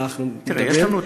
תראה,